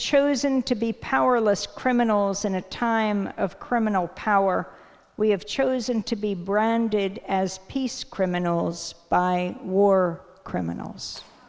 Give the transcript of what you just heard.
chosen to be powerless criminals in a time of criminal power we have chosen to be branded as peace criminals by war criminals